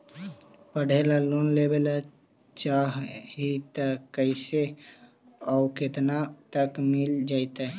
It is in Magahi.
पढ़े ल लोन लेबे ल चाह ही त कैसे औ केतना तक मिल जितै?